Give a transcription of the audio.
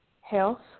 health